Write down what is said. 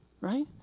right